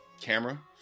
camera